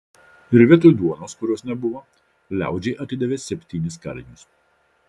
ir vietoj duonos kurios nebuvo liaudžiai atidavė septynis kalinius